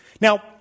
Now